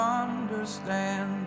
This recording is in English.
understand